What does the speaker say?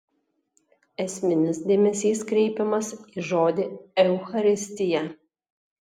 esminis dėmesys kreipiamas į žodį eucharistija